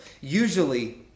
Usually